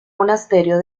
monasterio